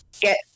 get